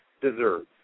deserves